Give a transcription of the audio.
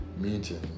meeting